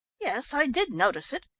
yes, i did notice it,